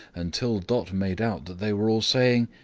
until dot made out that they were all saying,